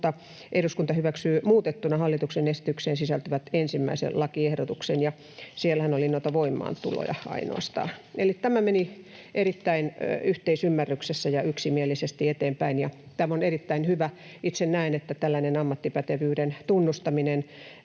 eduskunta hyväksyy muutettuna hallituksen esitykseen sisältyvän 1. lakiehdotuksen, ja siellähän oli näitä voimaantuloja ainoastaan. Eli tämä meni erittäin yhteisymmärryksessä ja yksimielisesti eteenpäin, ja tämä on erittäin hyvä. Itse näen, että tällainen ammattipätevyyden tunnustaminen,